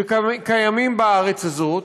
שקיימים בארץ הזאת,